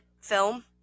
film